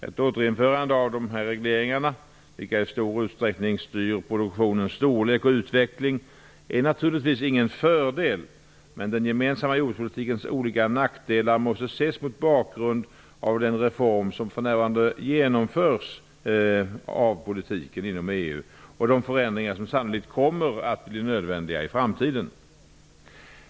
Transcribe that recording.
Ett återinförande av dessa regleringar, vilka i stor utsträckning styr produktionens storlek och utveckling, är naturligtvis ingen fördel, men den gemensamma jordbrukspolitikens olika nackdelar måste ses mot bakgrund av den reform av politiken som för närvarande genomförs inom EU och de förändringar som sannolikt kommer att bli nödvändiga i framtiden.